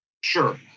Sure